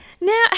Now